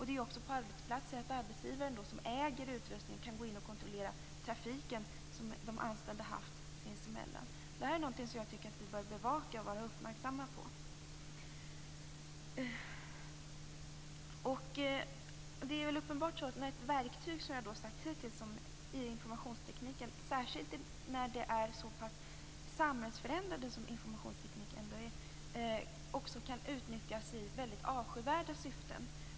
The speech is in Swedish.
Det är också så på arbetsplatser att arbetsgivaren som äger utrustningen kan gå in och kontrollera den trafik som de anställda har haft sinsemellan. Det här är någonting som jag tycker att vi bör bevaka och vara uppmärksamma på. Det är uppenbart att ett verktyg som informationstekniken, särskilt när det är så pass samhällsförändrande som informationstekniken ändå är, också kan utnyttjas i väldigt avskyvärda syften.